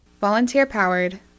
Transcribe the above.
Volunteer-powered